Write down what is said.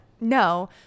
no